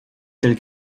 tel